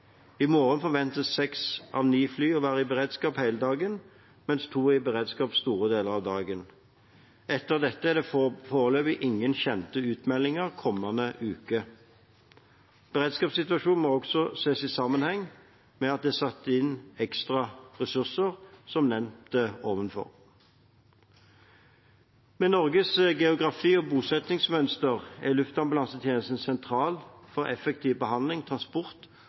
I morgen forventes seks av ni fly å være i beredskap hele dagen, mens to er i beredskap store deler av dagen. Etter dette er det foreløpig ingen kjente utmeldinger kommende uke. Beredskapssituasjonen må også ses i sammenheng med at det er satt inn ekstra ressurser, som nevnt ovenfor. Med Norges geografi og bosettingsmønster er Luftambulansetjenesten sentral for effektiv behandling, transport